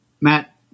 Matt